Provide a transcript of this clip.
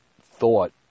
thought